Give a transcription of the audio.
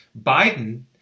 Biden